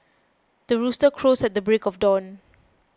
the rooster crows at the break of dawn